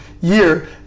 year